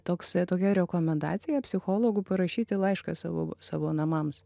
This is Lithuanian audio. toks tokia rekomendacija psichologų parašyti laišką savo savo namams